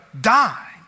died